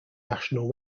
national